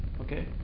okay